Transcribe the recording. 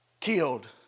killed